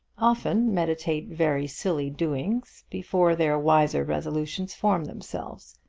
often meditate very silly doings before their wiser resolutions form themselves.